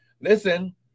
listen